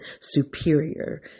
superior